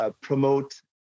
promote